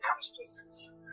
circumstances